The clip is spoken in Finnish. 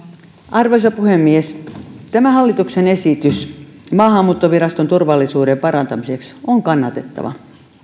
arvoisa puhemies tämä hallituksen esitys maahanmuuttoviraston turvallisuuden parantamiseksi on kannatettava